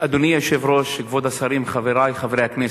אדוני היושב-ראש, כבוד השרים, חברי חברי הכנסת,